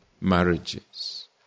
marriages